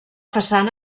façana